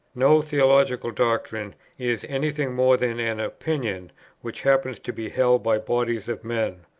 no theological doctrine is any thing more than an opinion which happens to be held by bodies of men.